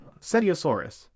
Cetiosaurus